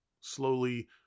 Slowly